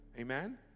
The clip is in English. Amen